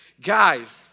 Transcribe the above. Guys